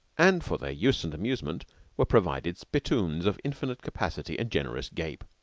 and for their use and amusement were provided spittoons of infinite capacity and generous gape.